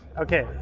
okay.